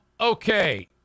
okay